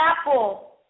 Apple